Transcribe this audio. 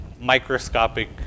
microscopic